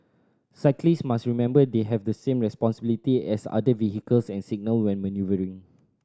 cyclist must remember they have the same responsibilities as other vehicles and signal when manoeuvring